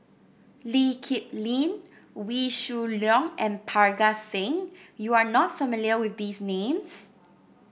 Lee Kip Lin Wee Shoo Leong and Parga Singh you are not familiar with these names